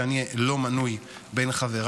שאני לא נמנה עם חבריו,